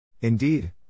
Indeed